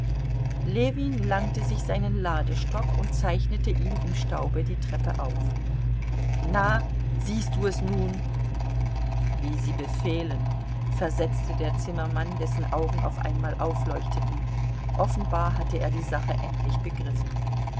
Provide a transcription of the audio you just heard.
ljewin langte sich seinen ladestock und zeichnete ihm im staube die treppe auf na siehst du es nun wie sie befehlen versetzte der zimmermann dessen augen auf einmal aufleuchteten offenbar hatte er die sache endlich begriffen